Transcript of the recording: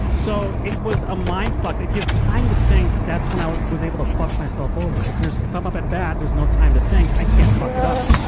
so, it was a mind fuck. if you have time to think that's when i was able to fuck myself over. if there's, if i'm up at bat, there's no time to think, i can't fuck it up.